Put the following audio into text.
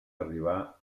arribar